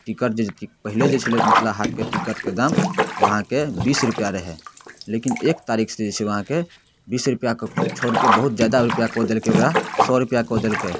ticket जैसे कि पहिले जे छलै मिथिला हाटके टिकटके दाम उ अहाँके बीस रुपैआ रहै लेकिन एक तारीखसँ जे छै से अहाँके बीस रुपैआके छोड़िकऽ बहुत जादा रुपैआ कऽ देलकै ओकरा सए रुपैआ कऽ देलकै